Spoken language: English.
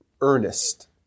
earnest